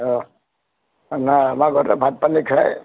অঁ নাই আমাৰ ঘৰতে ভাত পানী খায়